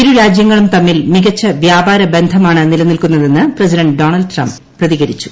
ഇരുരാജ്യങ്ങളും തമ്മിൽ മികച്ച വ്യാപാര ബന്ധമാണ് നിലനിൽക്കുന്നതെന്ന് പ്രസിഡന്റ് ഡൊണൾഡ് ട്രംപ് പ്രതികരിച്ചു